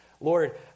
Lord